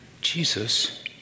Jesus